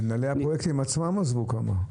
כמה ממנהלי הפרויקטים עצמם עזבו.